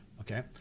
okay